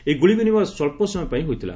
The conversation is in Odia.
ଏହି ଗୁଳି ବିନିମୟ ସ୍ୱଚ୍ଚ ସମୟ ପାଇଁ ହୋଇଥିଲା